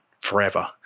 forever